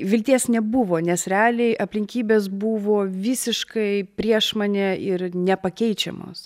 vilties nebuvo nes realiai aplinkybės buvo visiškai prieš mane ir nepakeičiamos